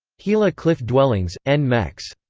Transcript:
gila cliff dwellings, n. mex.